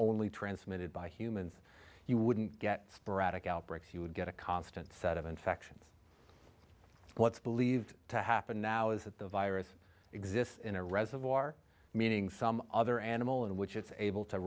only transmitted by humans you wouldn't get sporadic outbreaks you would get a constant set of infections what's believed to happen now is that the virus exists in a reservoir meaning some other animal in which it's able to